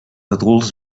adults